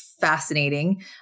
fascinating